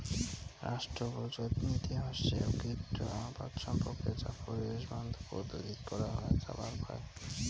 রাষ্ট্রপুঞ্জত নীতি হসে ঐক্যিকৃত আবাদ সম্পর্কে যা পরিবেশ বান্ধব পদ্ধতিত করাং যাবার পায়